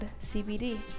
CBD